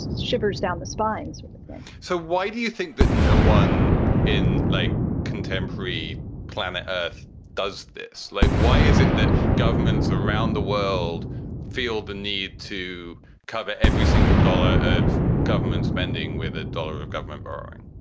shivers down the spines so why do you think that no one in like contemporary planet earth does this? like why is it that governments around the world feel the need to cover every single dollar of government spending with a dollar of government borrowing?